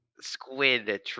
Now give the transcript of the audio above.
squid